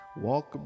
Walk